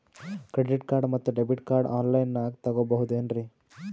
Credit card ಮತ್ತು debit card on ಲೈನಾಗ್ ತಗೋಬಹುದೇನ್ರಿ?